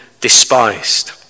despised